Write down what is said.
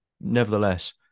Nevertheless